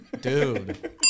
Dude